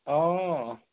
অঁ